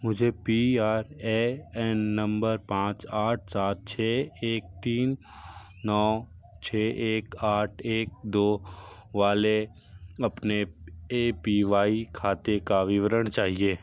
मुझे P R A N number पाँच आठ सात छः एक तीन नौ छः एक आठ एक दो वाले अपने ए पी वाई खाते का विवरण चाहिए